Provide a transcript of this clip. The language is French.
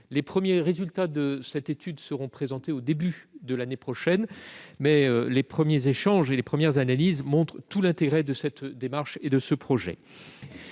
Les premiers résultats de cette étude seront présentés au début de l'année prochaine, mais les premières analyses montrent tout l'intérêt de cette démarche et de ce projet.